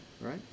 right